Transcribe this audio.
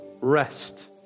rest